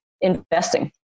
investing